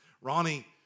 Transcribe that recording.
Ronnie